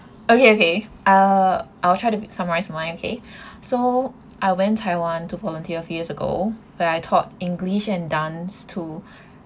okay okay uh I will try to summarise mine okay so I went taiwan to volunteer few years ago where I taught english and dance to